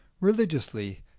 religiously